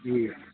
جی